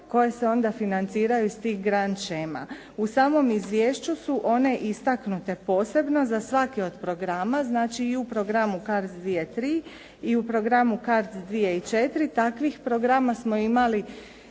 koji se onda financiraju iz tih grand shema. U samom izvješću su one istaknute posebno za svaki od programa, znači i u programu CARDS 2003 i u programu CARDS 2004. Takvih programa smo imali